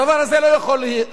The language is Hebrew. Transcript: הדבר הזה לא יכול להימשך.